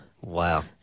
Wow